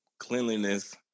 Cleanliness